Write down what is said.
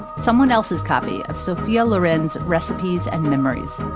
someone else's copy of sophia loren's recipes and memories.